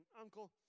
uncle